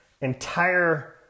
entire